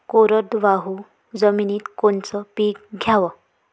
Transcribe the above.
कोरडवाहू जमिनीत कोनचं पीक घ्याव?